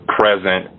present